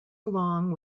along